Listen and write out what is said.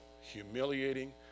humiliating